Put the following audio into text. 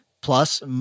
plus